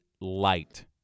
light